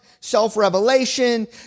self-revelation